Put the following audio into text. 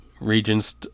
regions